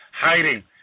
hiding